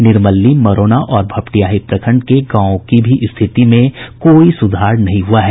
निर्मली मरौना और भपटियाही प्रखंड के गांवों की भी स्थिति में कोई सुधार नहीं हुआ है